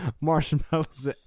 marshmallows